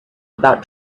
about